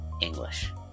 English